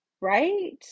right